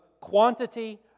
quantity